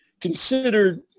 considered